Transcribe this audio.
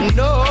no